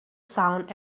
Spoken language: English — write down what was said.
sound